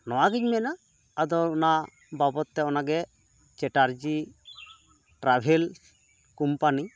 ᱱᱚᱣᱟᱜᱮᱧ ᱢᱮᱱᱟ ᱟᱫᱚ ᱚᱱᱟ ᱵᱟᱵᱚᱫᱽᱛᱮ ᱚᱱᱟᱜᱮ ᱪᱮᱴᱟᱨᱡᱤ ᱴᱨᱟᱵᱷᱮᱞ ᱠᱚᱢᱯᱟᱱᱤ